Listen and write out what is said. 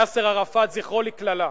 יאסר ערפאת, זכרו לקללה?